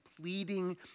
pleading